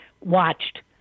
Watched